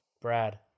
Brad